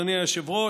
אדוני היושב-ראש: